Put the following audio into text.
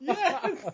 Yes